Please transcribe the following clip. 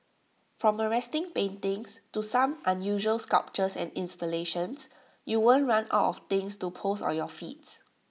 from arresting paintings to some unusual sculptures and installations you won't run out of things to post on your feeds